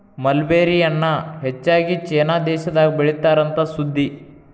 mulberry ಎನ್ನಾ ಹೆಚ್ಚಾಗಿ China ದೇಶದಾಗ ಬೇಳಿತಾರ ಅಂತ ಸುದ್ದಿ